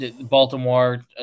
Baltimore